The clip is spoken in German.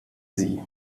sie